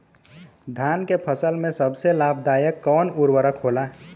धान के फसल में सबसे लाभ दायक कवन उर्वरक होला?